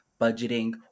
budgeting